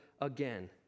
again